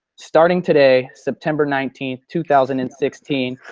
starting today, september nineteenth, two thousand and sixteen,